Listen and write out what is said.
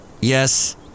yes